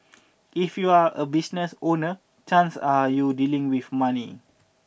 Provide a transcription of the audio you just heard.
if you're a business owner chances are you dealing with money